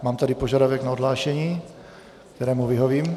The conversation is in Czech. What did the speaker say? Mám tady požadavek na odhlášení, kterému vyhovím.